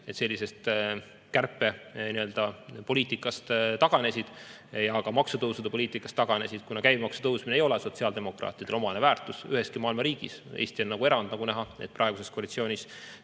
et sellisest kärpepoliitikast taganesid ja ka maksutõusude poliitikast taganesid, kuna käibemaksu tõusmine ei ole sotsiaaldemokraatidele omane väärtus üheski maailma riigis. Eesti on erand, nagu näha, sest praeguses koalitsioonis